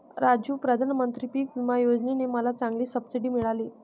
राजू प्रधानमंत्री पिक विमा योजने ने मला चांगली सबसिडी मिळाली